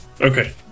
Okay